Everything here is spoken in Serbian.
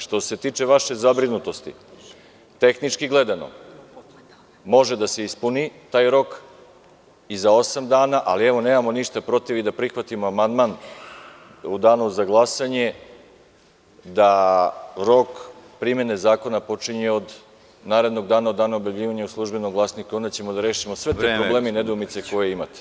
Što se tiče vaše zabrinutosti, tehnički gledano, može da se ispuni taj rok i za osam dana, ali nemamo ništa protiv ni da prihvatimo amandman u Danu za glasanje da rok primene zakona otpočinje od narednog dana od dana objavljivanja u „Službenom glasniku“ i onda ćemo da rešimo sve probleme i nedoumice koje ćemo imati.